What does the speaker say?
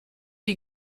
die